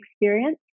experience